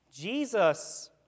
Jesus